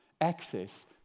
access